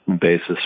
Basis